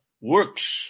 works